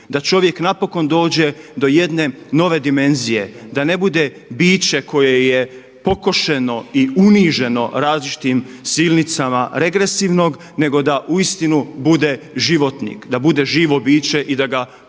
da čovjek napokon dođe do jedne nove dimenzije, da ne bude biće koje je pokošeno i uniženo različitim silnicama regresivnog nego da uistinu bude životnik, da bude živo biće i da ga pokušamo